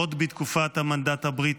עוד בתקופת המנדט הבריטי.